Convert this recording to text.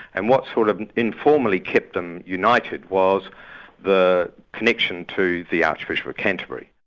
and what sort of informally kept them united was the connection to the archbishop of canterbury.